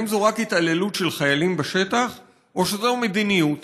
האם זו רק התעללות של חיילים בשטח או שזוהי מדיניות